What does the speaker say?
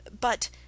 But—